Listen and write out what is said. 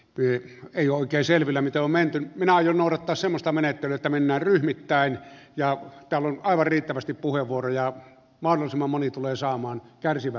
työ ei oikein selvillä mitä oma äiti minna ja naurattaa samasta menettelytavoilla ryhmittäin ja että aivan riittävästi puhevuoroja mahdollisimman moni tulee saamaan kärsivä